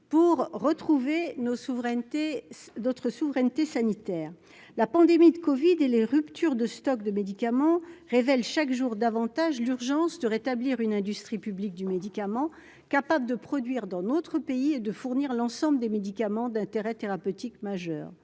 souverainetés d'autres souveraineté sanitaire la pandémie de Covid et les ruptures de stock de médicaments révèle chaque jour davantage l'urgence de rétablir une industrie public du médicament capable de produire dans notre pays et de fournir l'ensemble des médicaments d'intérêt thérapeutique majeure,